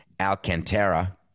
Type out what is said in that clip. Alcantara